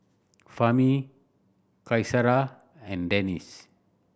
Fahmi Qaisara and Danish